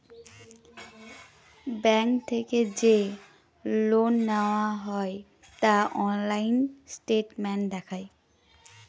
bank থেকে যে loan নেওয়া হয় তা অনলাইন স্টেটমেন্ট দেখায়